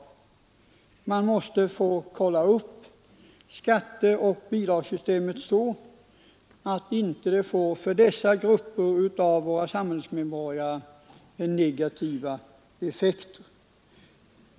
Skatteoch bidragssystemet måste utarbetas så att det inte får negativa effekter för dessa grupper.